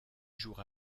jours